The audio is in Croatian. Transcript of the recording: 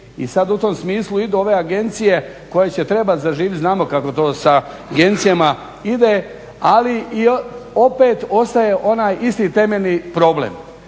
I sad u tom smislu idu ove agencije koje će trebati zaživiti, znamo kako to sa agencijama ide. Ali i opet ostaje onaj isti temeljni problem.